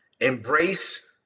Embrace